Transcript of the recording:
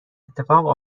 اتفاق